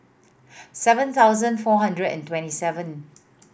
seven thousand four hundred and twenty seven